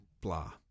blah